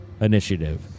initiative